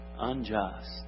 unjust